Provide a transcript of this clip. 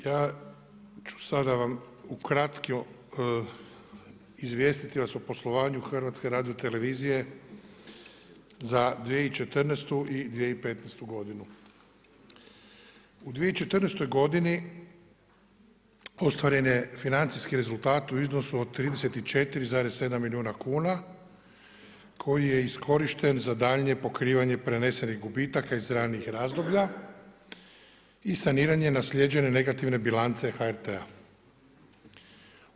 Ja ću sada vam ukratko, izvijestiti vas o poslovanju HRT-a za 2014. i 2015. g. U 2014. g. ostvaren je financijski rezultat u iznosu od 34,7 milijuna kuna, koji je iskorišten za daljnje pokrivanje prenesenih gubitaka iz ranih razdoblja i saniranje naslijeđene negativne bilance HRT-a.